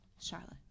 Charlotte